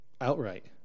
Outright